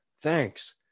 thanks